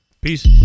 Peace